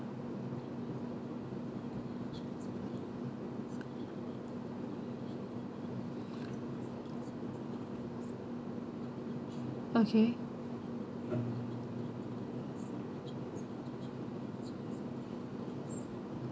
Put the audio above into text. okay